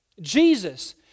Jesus